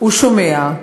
הוא שומע.